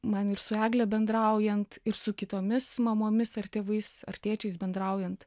man ir su egle bendraujant ir su kitomis mamomis ar tėvais ar tėčiais bendraujant